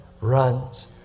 runs